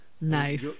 Nice